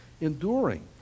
Enduring